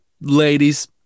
ladies